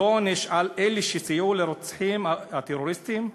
עונש לאלה שסייעו לרוצחים הטרוריסטים?